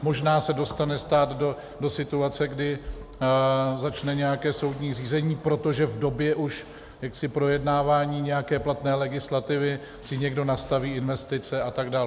Možná se dostane stát do situace, kdy začne nějaké soudní řízení, protože v době už jaksi projednávání nějaké platné legislativy si někdo nastaví investice atd.